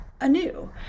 anew